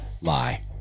lie